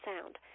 sound